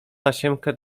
tasiemkę